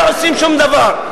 לא עושים שום דבר.